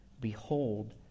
Behold